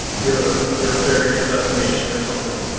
your your variance estimation or something.